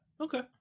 Okay